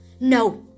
No